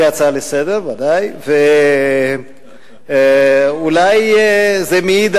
כהצעה לסדר-היום, בוודאי, ואולי זה מעיד,